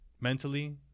mentally